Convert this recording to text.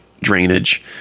drainage